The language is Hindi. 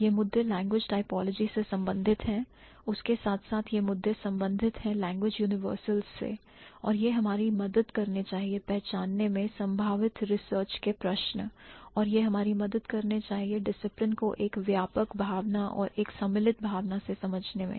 यह मुद्दे language typology से संबंधित हैं उसके साथ साथ यह मुद्दे संबंधित है language universals से और यह हमारी मदद करने चाहिए पहचानने में संभावित रिसोर्ट के प्रश्न और यह हमारी मदद करने चाहिए डिसिप्लिन को एक व्यापक भावना और एक सम्मिलित भावना से समझने में